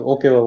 Okay